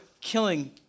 killing